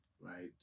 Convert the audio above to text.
right